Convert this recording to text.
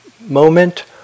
moment